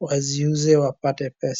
waziuze wapate pesa.